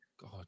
God